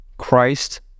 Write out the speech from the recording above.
Christ